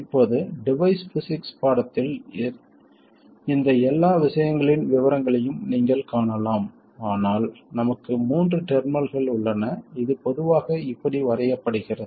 இப்போது device physics பாடத்தில் இந்த எல்லா விஷயங்களின் விவரங்களையும் நீங்கள் காணலாம் ஆனால் நமக்கு மூன்று டெர்மினல்கள் உள்ளன இது பொதுவாக இப்படி வரையப்படுகிறது